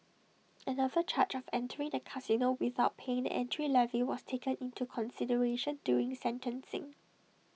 another charge of entering the casino without paying the entry levy was taken into consideration during sentencing